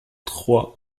trois